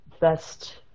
best